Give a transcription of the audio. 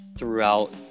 Throughout